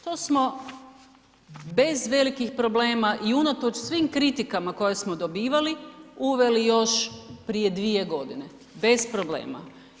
To smo bez velikih problema i unatoč svim kritika koje smo dobivali, uveli još prije 2 g., bez problema.